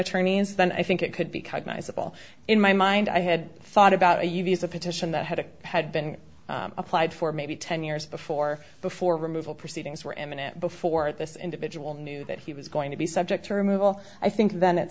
attorneys then i think it could become as a ball in my mind i had thought about a u v as a petition that had it had been applied for maybe ten years before before removal proceedings were eminent before this individual knew that he was going to be subject to removal i think then it